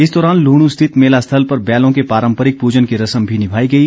इस दौरान लुहणू स्थित मेला स्थल पर बैलों के पारम्परिक पूजन की रस्म भी निभाई गई